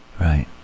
Right